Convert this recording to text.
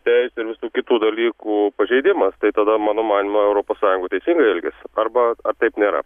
teisių ir visų kitų dalykų pažeidimas tai tada mano manymu europos sąjunga teisingai elgiasi arba ar taip nėra